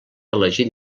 elegit